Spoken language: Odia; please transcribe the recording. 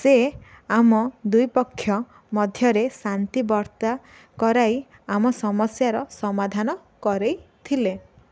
ସେ ଆମ ଦୁଇପକ୍ଷ ମଧ୍ୟରେ ଶାନ୍ତିବାର୍ତ୍ତା କରାଇ ଆମ ସମସ୍ୟାର ସମାଧାନ କରାଇଥିଲେ